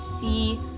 see